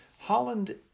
Holland